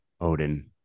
Odin